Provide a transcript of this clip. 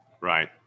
Right